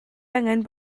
angen